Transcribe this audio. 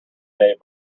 day